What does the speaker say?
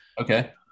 Okay